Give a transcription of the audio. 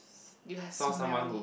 you have smelly